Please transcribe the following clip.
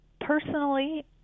personally